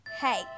hey